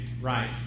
right